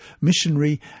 missionary